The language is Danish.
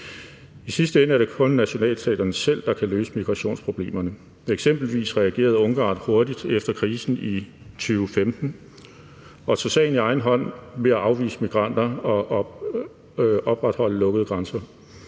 I sidste ende er det kun nationalstaterne selv, der kan løse migrationsproblemerne. Eksempelvis reagerede Ungarn hurtigt efter krisen i 2015 og tog sagen i egen hånd ved at afvise migranter og opretholde lukkede grænser.